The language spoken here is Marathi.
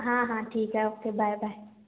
हा हा ठीक आहे ओके बाय बाय